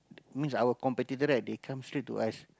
means our competitor right they come straight to us